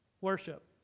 worship